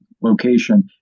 location